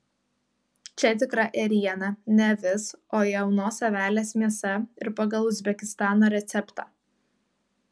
čia tikra ėriena ne avis o jaunos avelės mėsa ir pagal uzbekistano receptą